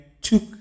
took